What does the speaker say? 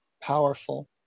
powerful